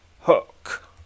hook